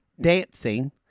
dancing